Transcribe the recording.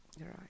Right